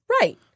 Right